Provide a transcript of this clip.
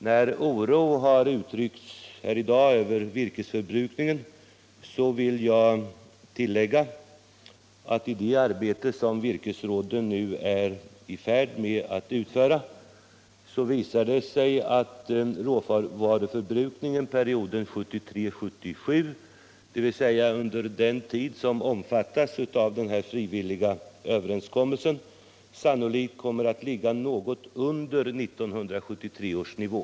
När oro har uttryckts här i dag över virkesförbrukningen, vill jag tillägga att i det arbete som virkesråden nu är i färd med att utföra visar det sig att råvaruförbrukningen perioden 1973-1977, dvs. under den tid som omfattas av den frivilliga överenskommelsen, sannolikt kommer att ligga något under 1973 års nivå.